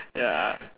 ya